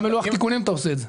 גם בלוח תיקונים אתה עושה את זה.